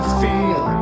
feel